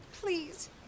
please